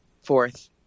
fourth